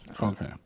Okay